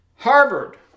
Harvard